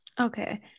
Okay